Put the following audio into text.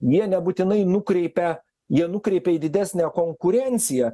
jie nebūtinai nukreipia jie nukreipia į didesnę konkurenciją